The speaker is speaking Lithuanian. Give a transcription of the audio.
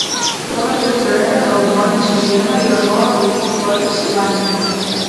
tuo metu trenerė audronė čižienė ieškojo vaikų šuoliams į vandenį